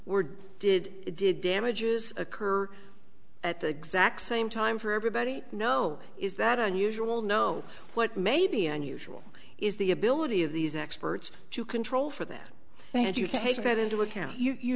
were did did damages occur at the exact same time for everybody no is that unusual no what maybe unusual is the ability of these experts to control for that and you can take that into account you